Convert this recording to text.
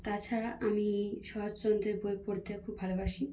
তাছাড়া আমি শরৎচন্দ্রের বই পড়তে খুব ভালোবাসি